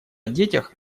детях